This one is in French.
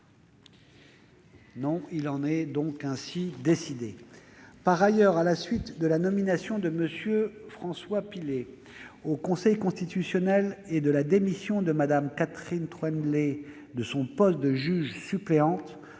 ... Il en est ainsi décidé. Par ailleurs, à la suite de la nomination de M. François Pillet au Conseil constitutionnel et de la démission de Mme Catherine Troendlé de son poste de juge suppléante,